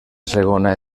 segona